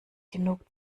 genug